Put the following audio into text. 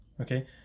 Okay